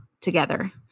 together